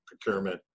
procurement